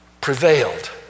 prevailed